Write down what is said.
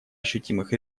ощутимых